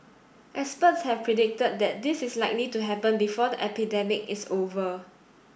experts have predicted that this is likely to happen before the epidemic is over